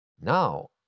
Now